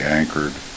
anchored